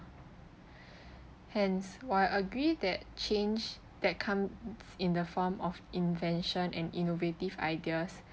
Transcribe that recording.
hence while I agree that change that come in the form of invention and innovative ideas